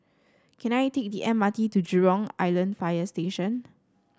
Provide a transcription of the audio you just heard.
can I take the M R T to Jurong Island Fire Station